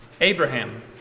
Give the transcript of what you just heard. Abraham